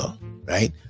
right